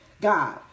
God